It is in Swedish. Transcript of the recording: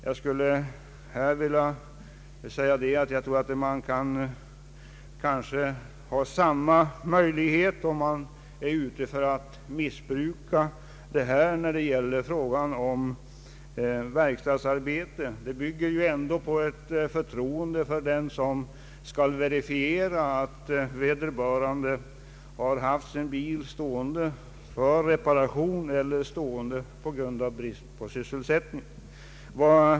Jag tror att möjligheterna till missbruk är lika stora när det gäller verkstadsarbete. Förfarandet bygger ju ändå på ett förtroende för den person som skall verifiera att en lastbilsägare har haft sin bil stående för reparation eller på grund av brist på sysselsättning.